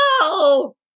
no